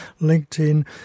LinkedIn